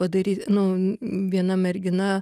padary nu viena mergina